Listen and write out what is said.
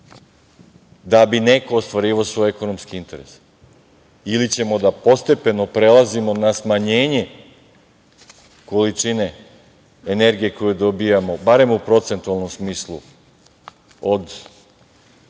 da bi neko ostvarivao svoje ekonomske interese ili ćemo da postepeno prelazimo na smanjenje količine energije koju dobijamo, barem u procentualnom smislu, od